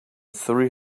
three